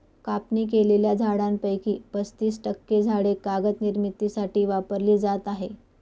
कापणी केलेल्या झाडांपैकी पस्तीस टक्के झाडे कागद निर्मितीसाठी वापरली जात आहेत